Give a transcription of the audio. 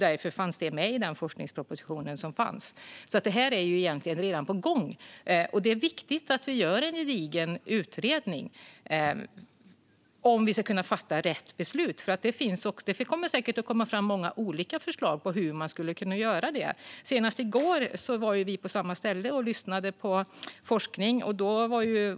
Därför fanns det med i den forskningsproposition som lades fram. Det här är alltså redan på gång. Det är viktigt att vi gör en gedigen utredning om vi ska kunna fatta rätt beslut, och det kommer säkert att komma fram många olika förslag på hur man skulle kunna göra det. Senast i går var vi på samma ställe och lyssnade på forskning.